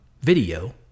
video